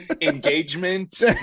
engagement